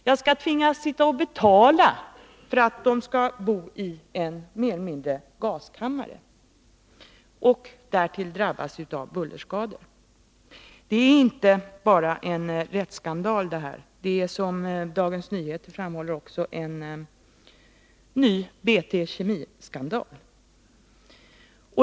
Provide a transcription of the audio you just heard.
Jag skall tvingas betala för att de skall bo mer eller mindre i en gaskammare och därtill bli drabbade av bullerskador. Detta är inte bara en rättsskandal, utan det är, som Dagens Nyheter framhåller, också en motsvarighet till BT Kemi-skandalen.